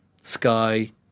Sky